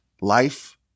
life